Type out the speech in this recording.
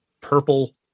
Purple